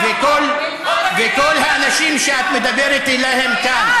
בוא תגיד, כל האנשים שאת מדברת עליהם כאן,